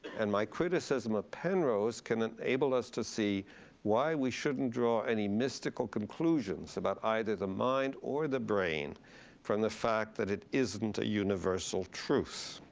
and my criticism of ah penrose can enable us to see why we shouldn't draw any mystical conclusions about either the mind or the brain from the fact that it isn't a universal truth.